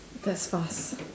that's fast